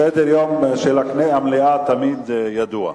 סדר-היום של המליאה תמיד ידוע.